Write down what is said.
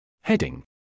Heading